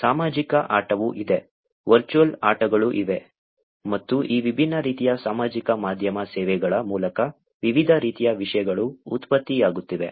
ಸಾಮಾಜಿಕ ಆಟವೂ ಇದೆ ವರ್ಚುವಲ್ ಆಟಗಳೂ ಇವೆ ಮತ್ತು ಈ ವಿಭಿನ್ನ ರೀತಿಯ ಸಾಮಾಜಿಕ ಮಾಧ್ಯಮ ಸೇವೆಗಳ ಮೂಲಕ ವಿವಿಧ ರೀತಿಯ ವಿಷಯಗಳು ಉತ್ಪತ್ತಿಯಾಗುತ್ತಿವೆ